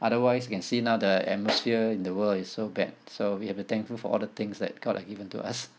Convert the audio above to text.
otherwise we can see now the atmosphere in the world is so bad so we have thankful for all the things that god have given to us